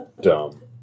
Dumb